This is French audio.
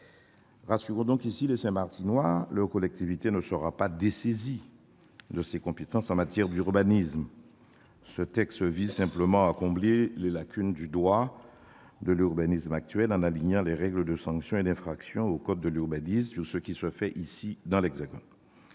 Rassurons donc ici les Saint-Martinois : leur collectivité ne sera pas dessaisie de ses compétences en matière d'urbanisme. Ce texte vise simplement à combler les lacunes du droit de l'urbanisme actuel en alignant les règles relatives aux infractions et aux sanctions sur ce qui se fait dans l'Hexagone.